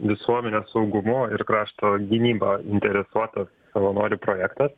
visuomenės saugumo ir krašto gynyba interesuotas savanorių projektas